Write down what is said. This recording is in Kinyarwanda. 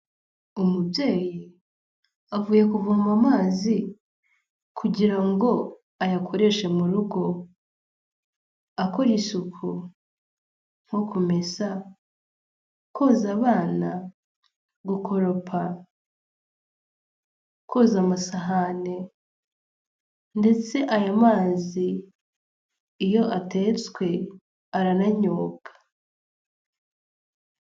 Umubyeyi avuye kuvoma amazi kugira ngo ayakoreshe mu rugo akora isuku nko kumesa koza abana gukoropa koza amasahani ndetse ayo mazi iyo atetswe arananyobwa.